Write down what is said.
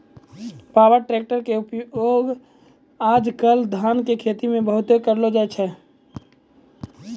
power tractor के उपयोग आज कल धान के खेती मॅ बहुत करलो जाय छै